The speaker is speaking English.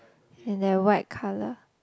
and they're white colour